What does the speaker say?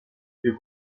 più